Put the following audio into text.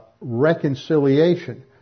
reconciliation